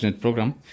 Program